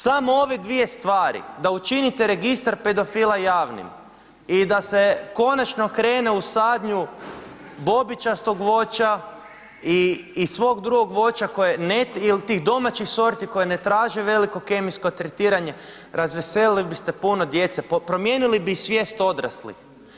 Samo ove dvije stvari, da učinite registar pedofila javnim i da se konačno krene u sadnju bobičastog voća i svog drugog voća il tih domaćih sorti koje ne traže veliko kemijsko tretiranje razveseli biste puno djece, promijenili bi i svijest odraslih.